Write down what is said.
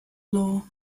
law